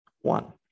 one